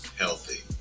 healthy